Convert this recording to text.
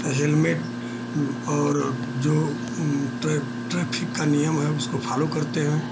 helmet और जो ट्राइ ट्रैफिक का नियम है उसको फालो करते हैं